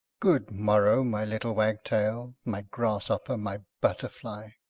good-morrow, my little wag-tail my grashopper, my butterfly.